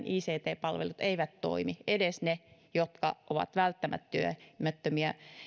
ict palvelumme eivät toimi edes ne jotka ovat välttämättömiä